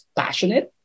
passionate